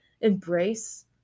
embrace